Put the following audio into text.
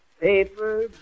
Paper